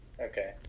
Okay